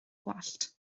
gwallt